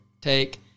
take